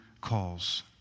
calls